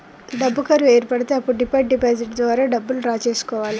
డబ్బు కరువు ఏర్పడితే అప్పుడు డిమాండ్ డిపాజిట్ ద్వారా డబ్బులు డ్రా చేసుకోవాలె